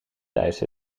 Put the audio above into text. thuis